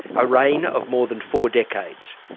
a reign of more than four decades.